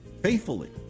faithfully